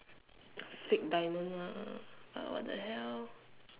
fake diamond lah like what the hell